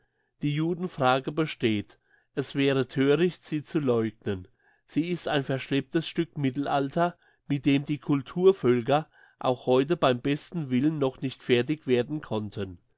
die judenfrage besteht es wäre thöricht sie zu leugnen sie ist ein verschlepptes stück mittelalter mit dem die culturvölker auch heute beim besten willen noch nicht fertig werden konnten